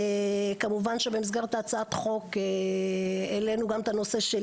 כמובן שבמסגרת הצעת החוק העלינו גם את הנושא של